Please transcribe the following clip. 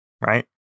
right